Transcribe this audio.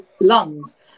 lungs